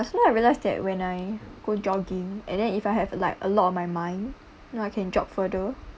sometimes I realize that when I go jogging and then if I have like a lot on my mind you know I can jog further